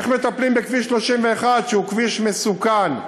איך מטפלים בכביש 31, שהוא כביש מסוכן,